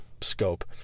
scope